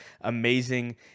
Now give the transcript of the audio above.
amazing